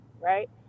Right